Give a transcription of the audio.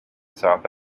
south